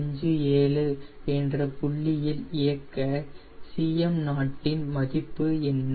657 என்ற புள்ளியில் இயக்க Cm0 இன் மதிப்பு என்ன